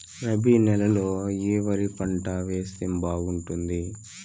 రబి నెలలో ఏ వరి పంట వేస్తే బాగుంటుంది